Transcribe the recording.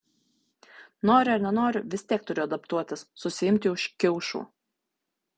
noriu ar nenoriu vis tiek turiu adaptuotis susiimti už kiaušų